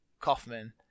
kaufman